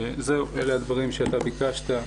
אלה הדברים שאתה ביקשת.